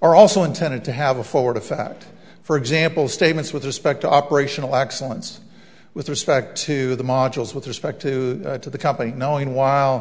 are also intended to have a forward of fact for example statements with respect to operational excellence with respect to the modules with respect to to the company knowing while